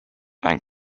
and